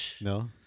No